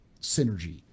synergy